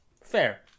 Fair